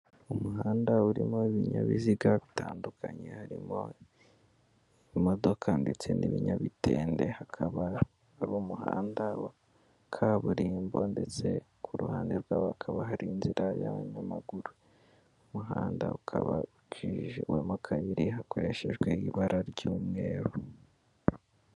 Umuhanda urimo wibinyabiziga bitandukanye, harimo imodoka ndetse n'ibinyabitende, hakaba ariho umuhanda wa kaburimbo ndetse ku ruhande rwaho hakaba hari inzira y'abanyamaguru, umuhanda ukaba uciwemo kabiri, hakoreshejwe ibara ry'umweru.